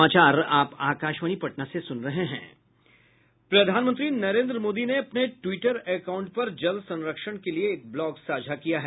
प्रधानमंत्री नरेन्द्र मोदी ने अपने ट्विटर अकाउंट पर जल संरक्षण के लिए एक ब्लॉग साझा किया है